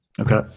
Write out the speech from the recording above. Okay